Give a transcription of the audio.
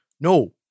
No